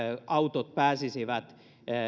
autot pääsisivät